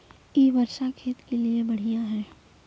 इ वर्षा खेत के लिए बढ़िया है?